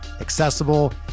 accessible